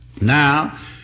Now